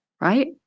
right